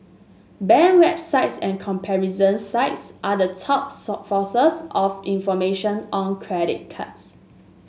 bank websites and comparison sites are the top sources of information on credit cards